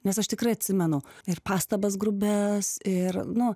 nes aš tikrai atsimenu ir pastabas grubias ir nu